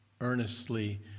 earnestly